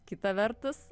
kita vertus